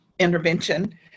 intervention